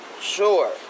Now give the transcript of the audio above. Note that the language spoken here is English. sure